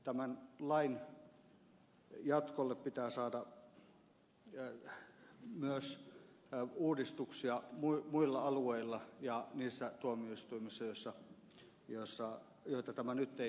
tämän lain jatkolle pitää saada myös uudistuksia muilla alueilla ja niissä tuomioistuimissa joita tämä nyt ei koske